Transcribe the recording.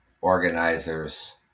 organizer's